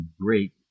great